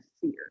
fear